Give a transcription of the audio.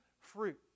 fruit